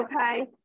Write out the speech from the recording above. Okay